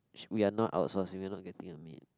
w~ we are not outsourcing we're not getting a maid